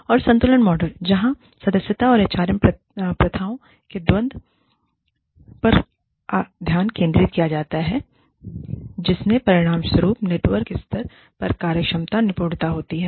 और संतुलन मॉडल जहां सदस्यता और एचआरएम प्रथाओं के द्वंद्व पर ध्यान केंद्रित किया जाता है जिसके परिणामस्वरूप नेटवर्क स्तर की कार्यक्षमतानिपुणता होती है